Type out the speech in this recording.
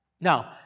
Now